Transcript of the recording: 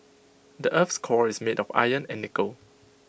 the Earth's core is made of iron and nickel